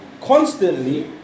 constantly